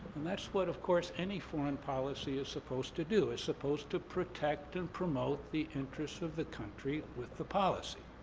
and that's what, of course, any foreign policy is supposed to do. it's supposed to protect and promote the interests of the country with the policy.